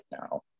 now